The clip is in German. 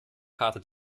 karte